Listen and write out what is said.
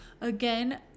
Again